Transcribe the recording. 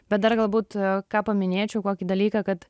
bet dar galbūt ką paminėčiau kokį dalyką kad